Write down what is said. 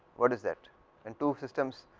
what is that and two systems,